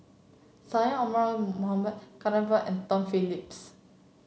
Syed Omar Mohamed Gan Thiam Poh and Tom Phillips